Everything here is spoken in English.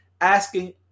asking